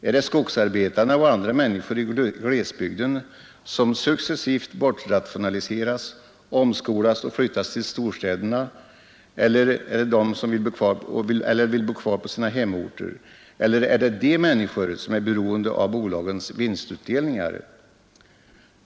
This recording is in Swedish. Är det skogsarbetarna och andra människor i glesbygden som successivt bortrationaliseras, omskolas och flyttas till storstäderna eller de som vill bo kvar på sina hemorter eller är det de människor som är beroende av bolagens vinstutdelningar?